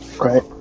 right